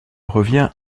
revient